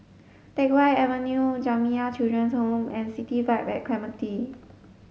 Teck Whye Avenue Jamiyah Children's Home and City Vibe at Clementi